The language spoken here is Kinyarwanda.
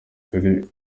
turi